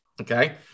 Okay